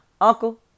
uncle